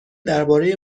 درباره